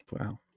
wow